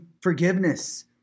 forgiveness